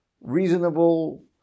reasonable